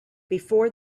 before